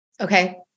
Okay